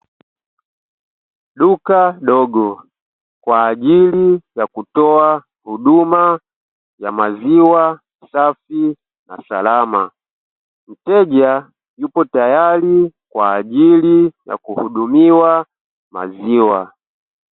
Duka dogo kwa ajili ya kutoa huduma ya maziwa safi na salama. Mteja yupo tayari kwa ajili ya kuhudumiwa maziwa.